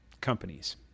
companies